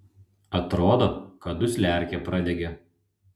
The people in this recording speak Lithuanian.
atrodo kad dusliarkė pradegė